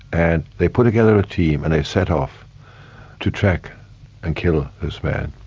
and they put together a team, and they set off to track and kill this man.